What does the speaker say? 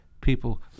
people